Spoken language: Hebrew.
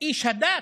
איש הדת?